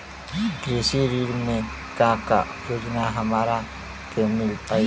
कृषि ऋण मे का का योजना हमरा के मिल पाई?